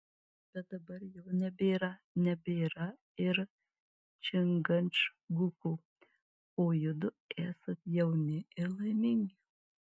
bet dabar jo nebėra nebėra ir čingačguko o judu esat jauni ir laimingi